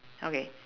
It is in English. okay